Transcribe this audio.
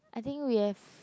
I think we have